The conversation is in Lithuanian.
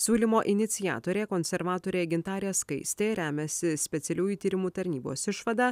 siūlymo iniciatorė konservatorė gintarė skaistė remiasi specialiųjų tyrimų tarnybos išvada